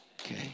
Okay